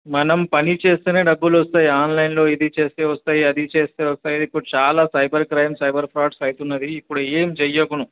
మనం పని చేస్తేనే డబ్బులొస్తాయి ఆన్లైన్లో ఇది చేస్తే వస్తాయి అది చేస్తే వస్తాయి ఇప్పుడు చాలా సైబర్ క్రైమ్స్ సైబర్ ఫ్రాడ్స్ అవుతుంది ఇప్పుడేమి చెయ్యకు నువ్వు